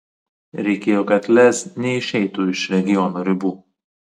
reikėjo kad lez neišeitų iš regiono ribų